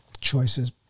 choices